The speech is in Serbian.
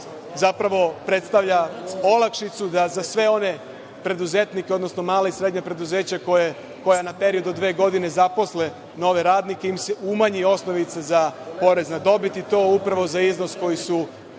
zapravo predstavlja olakšicu da za sve one preduzetnike, odnosno mala i srednja preduzeća koja na period od dve godine zaposle nove radnike im se umanji osnovica za porez na dobit, i to upravo za iznos koji su